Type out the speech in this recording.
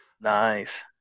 nice